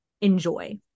enjoy